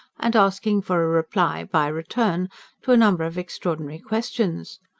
and asking for a reply by return to a number of extraordinary questions.